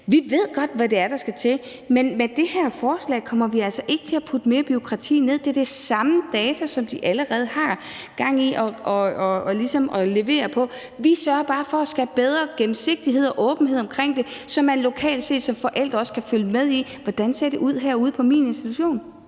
Vi ved godt, hvad det er, der skal til. Men med det her forslag kommer vi altså ikke til at lægge mere bureaukrati ned over kommunerne. Det er bygget på de samme data, som de allerede er i gang med at levere på. Vi sørger bare for at skabe mere gennemsigtighed og åbenhed om det, så man lokalt set som forældre også kan følge med i, hvordan det ser ud på ens børns institution.